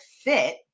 fit